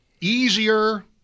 easier